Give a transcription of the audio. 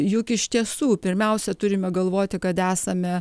juk iš tiesų pirmiausia turime galvoti kad esame